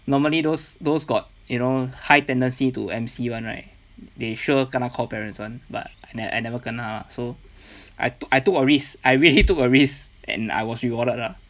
normally those those got you know high tendency to M_C [one] right they sure kena call parents [one] but I I never kena lah so I I took a risk I really took a risk and I was rewarded lah